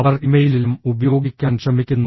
അവർ ഇമെയിലിലും ഉപയോഗിക്കാൻ ശ്രമിക്കുന്നു